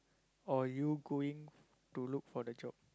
or you going to look for the job